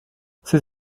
ses